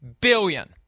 billion